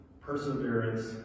perseverance